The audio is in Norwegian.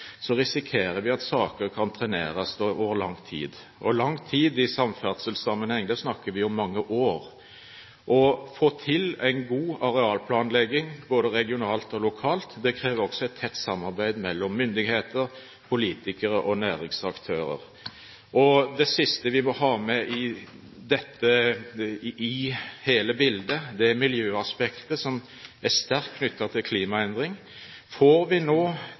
risikerer vi at saker kan treneres over lang tid, og når vi snakker om lang tid i samferdselssammenheng, snakker vi om mange år. Å få til en god arealplanlegging både regionalt og lokalt krever også et tett samarbeid mellom myndigheter, politikere og næringsaktører. Det siste vi må ha med i hele bildet, er miljøaspektet, som er sterkt knyttet til klimaendring. Får vi nå